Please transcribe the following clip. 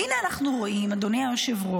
והינה אנחנו רואים, אדוני היושב-ראש,